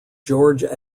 george